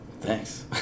Thanks